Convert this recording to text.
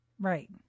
Right